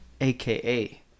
AKA